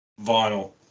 Vinyl